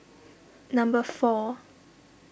number four